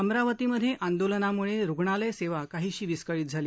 अमरावतीमध्ये आंदोलनामुळे रुग्णालय सेवा काहीशी विस्कळीत झाली